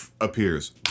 appears